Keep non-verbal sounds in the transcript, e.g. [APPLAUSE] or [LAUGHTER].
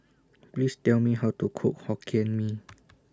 Please Tell Me How to Cook Hokkien Mee [NOISE]